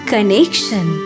Connection